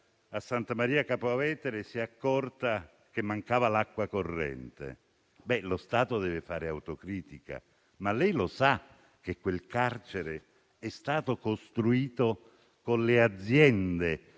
a Santa Maria Capua Vetere si è accorta che mancava l'acqua corrente. Lo Stato deve fare autocritica: lo sa che quel carcere è stato costruito con le aziende